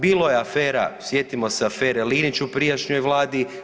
Bilo je afera, sjetimo se afere Linić u prijašnjoj Vladi.